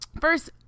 first